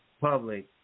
public